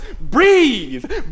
breathe